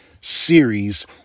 series